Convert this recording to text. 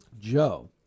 Joe